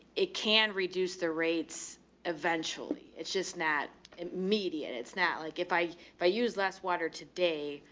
it can reduce the rates eventually. it's just not immediate. it's not like if i, if i use less water today,